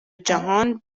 جهان